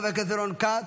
חבר הכנסת רון כץ,